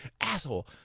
Asshole